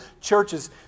churches